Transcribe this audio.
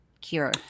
cure